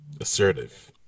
Assertive